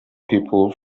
people